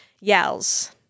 yells